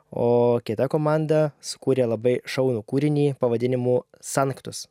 o kita komanda sukūrė labai šaunų kūrinį pavadinimu sanktus